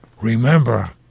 remember